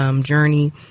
journey